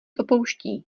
opouští